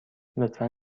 لطفا